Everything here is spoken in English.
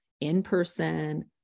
in-person